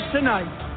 tonight